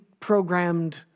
programmed